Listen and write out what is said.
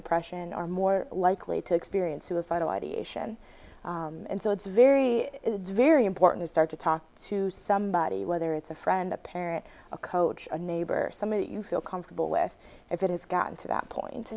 depression are more likely to experience suicidal ideation and so it's very very important to start to talk to somebody whether it's a friend a parent a coach a neighbor somebody you feel comfortable with if it has gotten to that